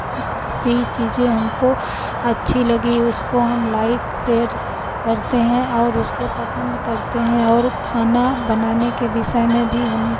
सी चीज़ें हमको अच्छी लगी उसको हम लाइक सेयर करते हैं और उसको पसंद करते हैं और खाना बनाने के विषय में भी हम